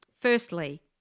Firstly